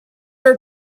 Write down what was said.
are